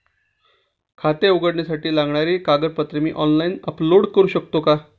खाते उघडण्यासाठी लागणारी कागदपत्रे मी ऑनलाइन अपलोड करू शकतो का?